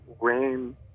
Rain